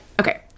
okay